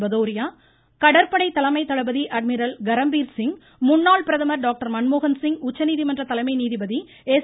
பதெளரியா கடற்படை தலைமை தளபதி அட்மிரல் கரம்பீர் சிங் முன்னாள் பிரதமர் டாக்டர் மன்மோகன்சிங் உச்சநீதிமன்ற தலைமை நீதிபதி எஸ்